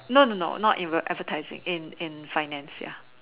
no no no not in advertising in in finance ya